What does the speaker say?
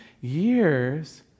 years